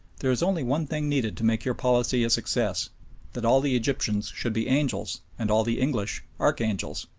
there is only one thing needed to make your policy a success that all the egyptians should be angels and all the english archangels.